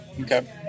Okay